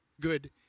good